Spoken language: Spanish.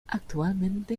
actualmente